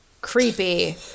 Creepy